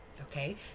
okay